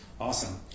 Awesome